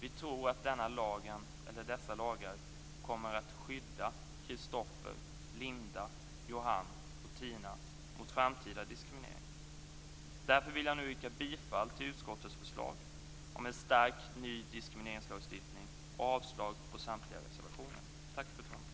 Vi tror att dessa lagar kommer att skydda Christopher, Linda, Därför vill jag nu yrka bifall till utskottets förslag om en stark ny diskrimineringslagstiftning och avslag på samtliga reservationer.